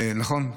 נכון?